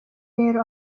rero